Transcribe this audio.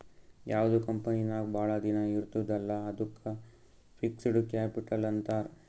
ಯಾವ್ದು ಕಂಪನಿ ನಾಗ್ ಭಾಳ ದಿನ ಇರ್ತುದ್ ಅಲ್ಲಾ ಅದ್ದುಕ್ ಫಿಕ್ಸಡ್ ಕ್ಯಾಪಿಟಲ್ ಅಂತಾರ್